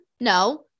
No